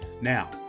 Now